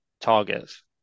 targets